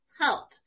help